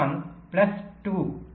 1 plus 2 2